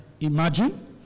imagine